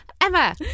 Emma